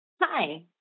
Hi